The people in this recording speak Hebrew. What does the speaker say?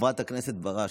חברת הכנסת בראשי,